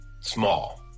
small